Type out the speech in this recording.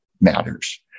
matters